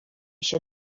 się